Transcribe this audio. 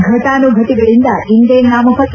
ಫಟಾನುಘಟಗಳಿಂದ ಇಂದೇ ನಾಮಪತ್ರ